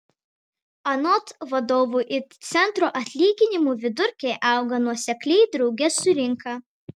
anot vadovo it centro atlyginimų vidurkiai auga nuosekliai drauge su rinka